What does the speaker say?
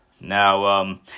Now